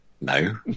No